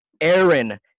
Aaron